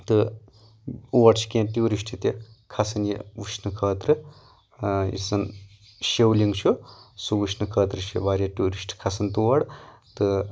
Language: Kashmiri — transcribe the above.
تہٕ اوڑ چھِ کیٚنٛہہ ٹیوٗرِسٹ تہِ کھسان یہِ وُچھٕنہٕ خٲطرٕ یُس زَن شولنگ چھُ سُہ وُچھنہٕ خٲطرٕ چھِ واریاہ ٹیوٗرِسٹ کھسان تور تہٕ